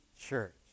church